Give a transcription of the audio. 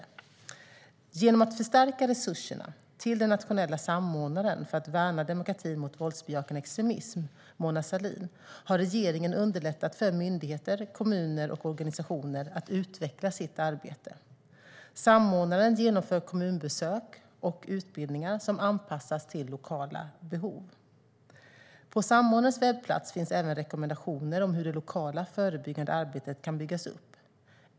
Genom att förstärka resurserna till den nationella samordnaren för att värna demokratin mot våldsbejakande extremism, Mona Sahlin, har regeringen underlättat för myndigheter, kommuner och organisationer att utveckla sitt arbete. Samordnaren genomför kommunbesök och utbildningar som anpassas till lokala behov. På samordnarens webbplats finns även rekommendationer om hur det lokala förebyggande arbetet kan byggas upp.